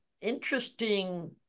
interesting